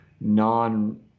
non